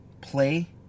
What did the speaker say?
play